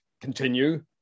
continue